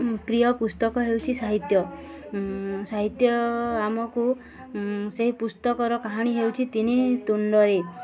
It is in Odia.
ପ୍ରିୟ ପୁସ୍ତକ ହେଉଛି ସାହିତ୍ୟ ସାହିତ୍ୟ ଆମକୁ ସେହି ପୁସ୍ତକର କାହାଣୀ ହେଉଛି ତିନି ତୁଣ୍ଡରେ